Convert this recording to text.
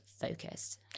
focused